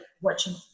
watching